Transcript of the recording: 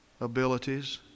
abilities